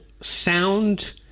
sound